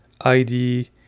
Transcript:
ID